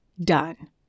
Done